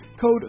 code